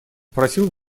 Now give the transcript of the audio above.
просил